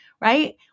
right